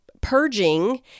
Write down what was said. purging